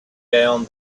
down